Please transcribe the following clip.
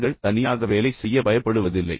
அவர்கள் தனியாக வேலை செய்ய பயப்படுவதில்லை